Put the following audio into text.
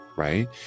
right